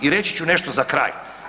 I reći ću nešto za kraj.